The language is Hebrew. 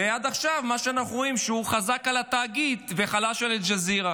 ועד עכשיו מה שאנחנו רואים הוא שהוא חזק על התאגיד וחלש על אל-ג'זירה,